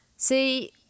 See